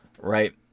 Right